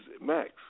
max